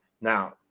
Now